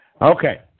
Okay